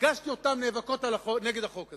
שפגשתי אותן נאבקות נגד החוק הזה.